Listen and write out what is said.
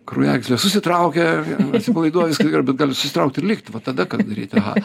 kraujagyslės susitraukia atsipalaiduoja viskas gerai bet gali susitraukt ir likt va tada ką daryt aha